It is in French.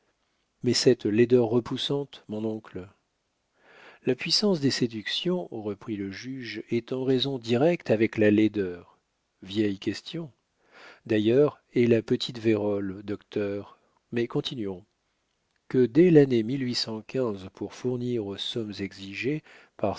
mais cette laideur repoussante mon oncle la puissance des séductions reprit le juge est en raison directe avec la laideur vieille question d'ailleurs et la petite vérole docteur mais continuons que dès lannée pour fournir aux sommes exigées par